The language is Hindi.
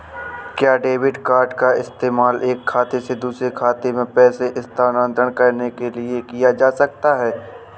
क्या डेबिट कार्ड का इस्तेमाल एक खाते से दूसरे खाते में पैसे स्थानांतरण करने के लिए किया जा सकता है?